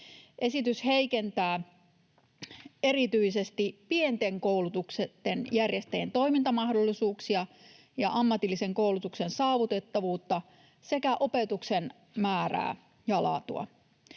Esitys heikentää erityisesti pienten koulutuksen järjestäjien toimintamahdollisuuksia ja ammatillisen koulutuksen saavutettavuutta sekä opetuksen määrää ja laatua.